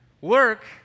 Work